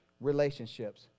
relationships